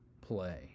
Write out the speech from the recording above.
play